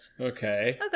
Okay